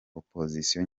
opozisiyo